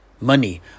Money